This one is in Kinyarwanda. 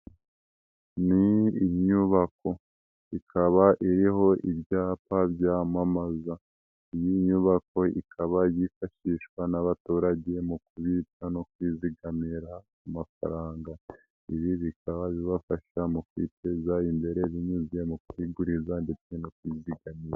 Ni inyubako, ikaba iriho ibyapa byamamaza, iyi nyubako ikaba yifashishwa n'abaturage mu kubitsa no kwizigamira amafaranga, ibi bikaba bibafasha mu kwiteza imbere binyuze mu kwiguriza ndetse no kwizigamira.